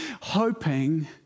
hoping